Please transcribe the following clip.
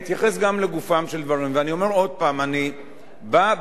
ואני אומר עוד פעם: אני בא בדיוק מהמקום שאתה בא.